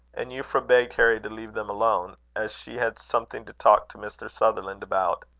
and euphra begged harry to leave them alone, as she had something to talk to mr. sutherland about.